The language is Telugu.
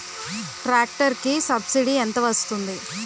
ట్రాక్టర్ కి సబ్సిడీ ఎంత వస్తుంది?